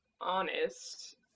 honest